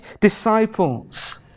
disciples